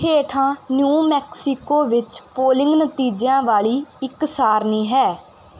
ਹੇਠਾਂ New Mexico ਵਿੱਚ polling ਨਤੀਜਿਆਂ ਵਾਲੀ ਇੱਕ ਸਾਰਨੀ ਹੈ